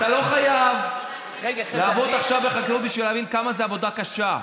אתה לא חייב לעבוד עכשיו בחקלאות בשביל להבין כמה זו עבודה קשה.